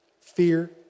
fear